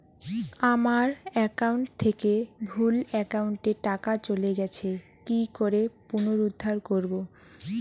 আমার একাউন্ট থেকে ভুল একাউন্টে টাকা চলে গেছে কি করে পুনরুদ্ধার করবো?